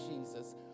Jesus